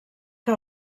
que